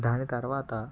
దాని తరువాత